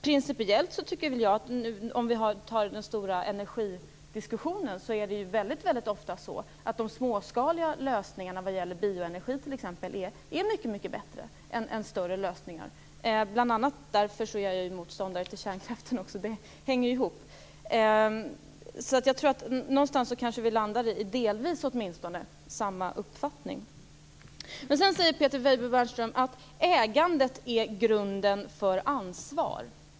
Om vi ser till den stora energifrågan är det väldigt ofta så att de småskaliga lösningarna, t.ex. vad gäller bioenergi, är mycket bättre än storskaliga lösningar. Det är bl.a. därför jag är motståndare till kärnkraften också. Det hänger ju ihop. Kanske landar vi åtminstone delvis i samma uppfattning. Men Peter Weibull Bernström sade sedan att ägandet är grunden för ansvar.